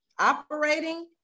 operating